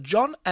John